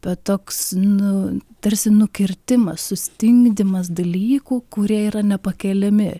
bet toks nu tarsi nukirtimas sustingdymas dalykų kurie yra nepakeliami